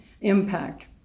impact